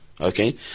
Okay